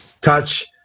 touch